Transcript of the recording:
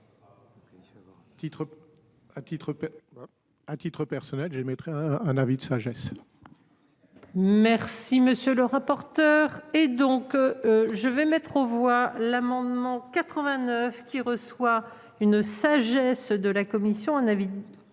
À titre personnel j'émettrai un avis de sagesse. Merci monsieur le rapporteur. Et donc. Je vais mettre aux voix l'amendement 89 qui reçoit une sagesse de la commission